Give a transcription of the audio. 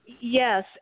Yes